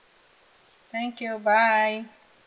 thank you bye